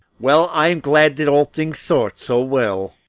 well, i am glad that all things sort so well.